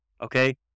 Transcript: okay